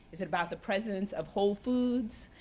is it about the presence of whole foods?